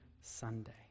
Sunday